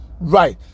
right